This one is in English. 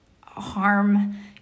harm